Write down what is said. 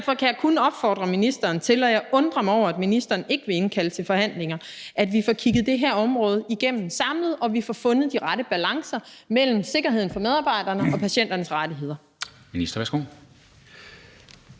Derfor kan jeg kun opfordre ministeren til – og jeg undrer mig over, at ministeren ikke vil indkalde til forhandlinger – at vi får kigget det her område igennem samlet, og at vi får fundet de rette balancer mellem sikkerheden for medarbejderne og patienternes rettigheder.